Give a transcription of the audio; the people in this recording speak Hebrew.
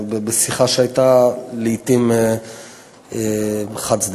בשיחה שהייתה לעתים חד-צדדית.